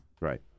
right